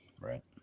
right